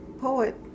poet